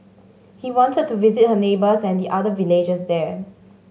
he wanted to visit her neighbours and the other villagers there